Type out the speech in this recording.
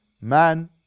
man